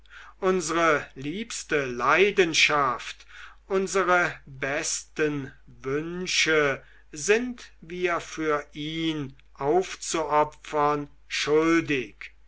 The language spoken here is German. unsere liebste leidenschaft unsere besten wünsche sind wir für ihn aufzuopfern schuldig